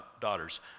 daughters